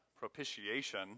propitiation